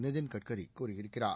நிதின் கட்கரி கூறியிருக்கிறார்